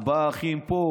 ארבעה אחים פה,